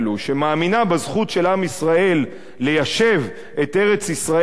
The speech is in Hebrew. שמאמינה בזכות של עם ישראל ליישב את ארץ-ישראל,